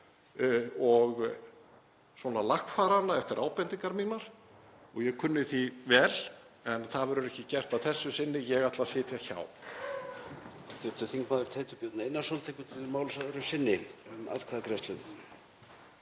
og lagfærði hana eftir ábendingar mínar og ég kunni því vel. En það verður ekki gert að þessu sinni. Ég ætla að sitja hjá.